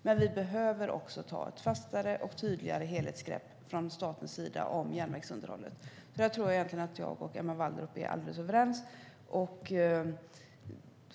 Men vi behöver också ta ett fastare och tydligare helhetsgrepp från statens sida om järnvägsunderhållet. Där tror jag att jag och Emma Wallrup är alldeles överens.